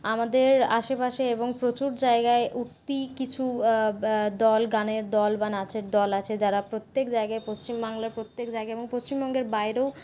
আমাদের আশেপাশে এবং প্রচুর জায়গায় উঠতি কিছু দল গানের দল বা নাচের দল আছে যারা প্রত্যেক জায়গায় পশ্চিম বাংলার প্রত্যেক জায়গায় এবং পশ্চিমবঙ্গের বাইরেও